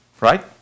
right